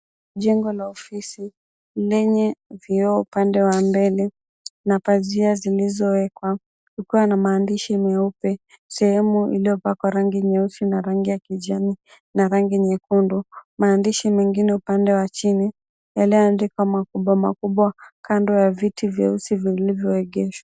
Jengo la ofisi lenye vioo upande wa mbele na pazia zilizowekwa kukiwa na maandishi meupe sehemu iliyopakwa rangi nyeusi na rangi ya kijani na rangi nyekundu, maandishi mengine upande wa chini yaliyoandikwa makubwa makubwa kando ya viti vyeusi vilivyoegeshwa.